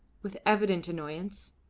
with evident annoyance.